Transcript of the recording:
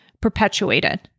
perpetuated